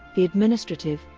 the administrative,